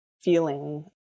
feeling